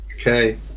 Okay